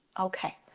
okay,